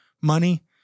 money